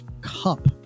cup